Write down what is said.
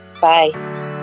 Bye